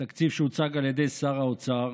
התקציב שהוצג על ידי שר האוצר